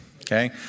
Okay